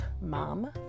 mom